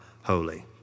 holy